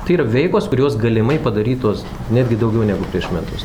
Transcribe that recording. tai yra veikos kurios galimai padarytos netgi daugiau negu prieš metus